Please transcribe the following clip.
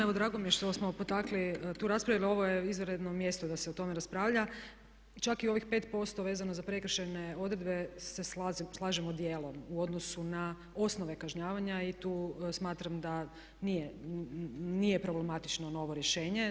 Evo drago mi je što smo potakli tu raspravu jer ovo je izvanredno mjesto da se o tome raspravlja, čak i ovih 5% vezano za prekršajne odredbe se slažem dijelom u odnosu na osnove kažnjavanja i tu smatram da nije problematično novo rješenje.